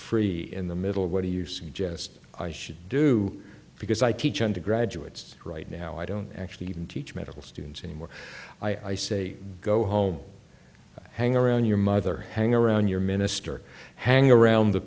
free in the middle what do you suggest i should do because i teach undergraduates right now i don't actually even teach medical students anymore i say go home hang around your mother hang around your minister hang around the